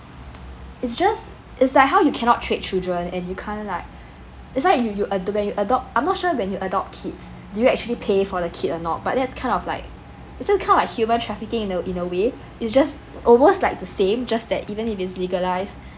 it's just it's like how you cannot trade children and you can't like it's like like you you when you adopt I'm not sure when you adopt kids do you actually pay for the kids or not but that's kind of like actually it's kind of like human trafficking in a in a way it's just almost like the same just that even if it's legalised